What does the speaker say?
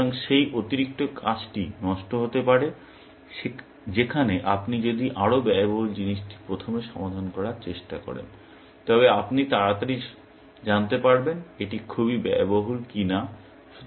সুতরাং সেই অতিরিক্ত কাজটি নষ্ট হতে পারে যেখানে আপনি যদি আরও ব্যয়বহুল জিনিসটি প্রথমে সমাধান করার চেষ্টা করেন তবে আপনি তাড়াতাড়ি জানতে পারবেন এটি খুবই ব্যয়বহুল কি না